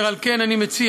אשר על כן, אני מציע